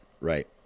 right